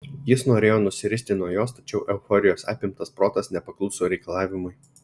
jis norėjo nusiristi nuo jos tačiau euforijos apimtas protas nepakluso reikalavimui